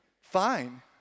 Fine